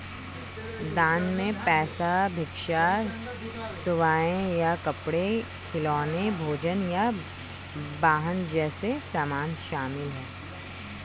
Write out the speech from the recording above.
दान में पैसा भिक्षा सेवाएं या कपड़े खिलौने भोजन या वाहन जैसे सामान शामिल हैं